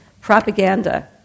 propaganda